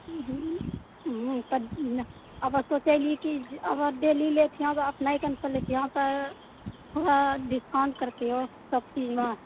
हुँ हुँ तऽ आबऽ सोचैली कि जे आब डेली लैतिए अपने ओहिठाम से लेतियै हम तऽ डिस्काउन्ट करतियौ सब चीजमे